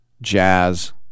Jazz